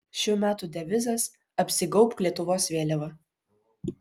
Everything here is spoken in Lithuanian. šių metų devizas apsigaubk lietuvos vėliava